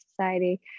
society